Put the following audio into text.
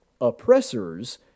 oppressors